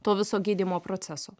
to viso gydymo proceso